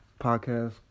podcast